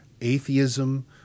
atheism